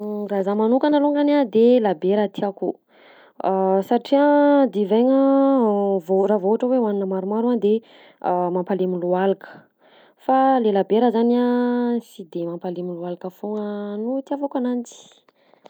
Raha zaho manokana alongany de labiera tiako, satria divaigna vao raha vao ohatra hoe hohanina maromaro a de mampalemy lohalika, fa le labiera zany a sy de mampalemy lohalika foagna no itiavako ananjy.